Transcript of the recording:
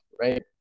right